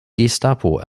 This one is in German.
gestapo